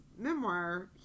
memoir